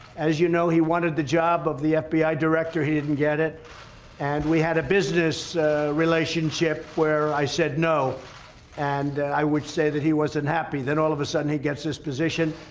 as you know, he wanted the job of the fbi director he didn't get it and we had a business relationship where i said no and i would say that he wasn't happy then all of a sudden he gets this position,